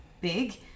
big